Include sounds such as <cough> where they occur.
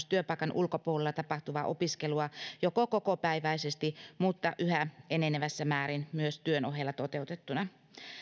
<unintelligible> työpaikan ulkopuolella tapahtuvaa opiskelua joko kokopäiväisesti mutta yhä enenevässä määrin myös työn ohella toteutettuna